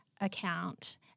account